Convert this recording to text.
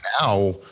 now